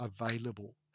available